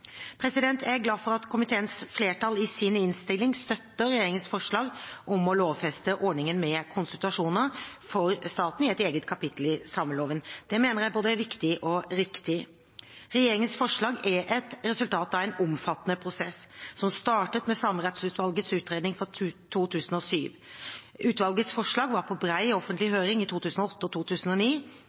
Jeg er glad for at komiteens flertall i sin innstilling støtter regjeringens forslag om å lovfeste ordningen med konsultasjoner for staten i et eget kapittel i sameloven. Det mener jeg er både viktig og riktig. Regjeringens forslag er et resultat av en omfattende prosess som startet med Samerettsutvalgets utredning fra 2007. Utvalgets forslag var på bred offentlig høring i 2008 og 2009,